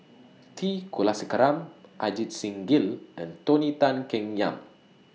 T Kulasekaram Ajit Singh Gill and Tony Tan Keng Yam